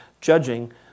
judging